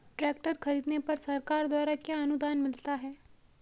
Tractor खरीदने पर सरकार द्वारा क्या अनुदान मिलता है?